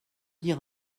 dire